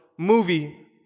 Movie